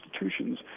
institutions